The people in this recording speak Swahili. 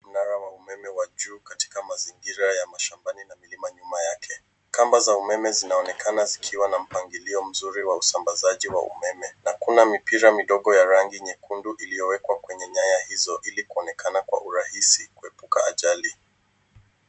Mnara wa umeme wa juu katika mazingira ya mashambani na milima nyumq yake. Kamba za umeme zinaonekana zikiwa na mpangilio mzuri wa usambazaji wa umeme na Kuna mipira midogo ya rangi nyekundu iliyowekwa kwenye nyaya hizo ili kuonekana kwa urahisi kuepuka ajali.